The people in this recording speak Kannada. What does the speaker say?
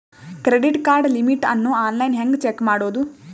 ಕ್ರೆಡಿಟ್ ಕಾರ್ಡ್ ಲಿಮಿಟ್ ಅನ್ನು ಆನ್ಲೈನ್ ಹೆಂಗ್ ಚೆಕ್ ಮಾಡೋದು?